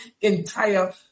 entire